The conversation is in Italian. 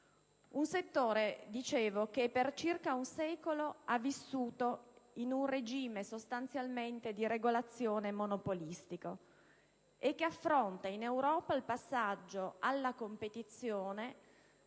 Un settore che per circa un secolo ha vissuto in un regime di regolazione monopolistica e che affronta in Europa il passaggio alla competizione